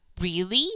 Really